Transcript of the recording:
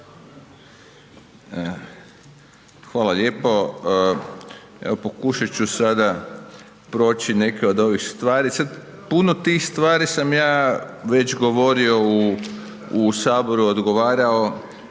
Hvala lijepo. Evo pokušat ću sada proći neke od ovih stvari. Sad puno tih stvari sam ja već govorio u Saboru, odgovarao,